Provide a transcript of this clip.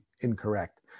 incorrect